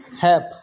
help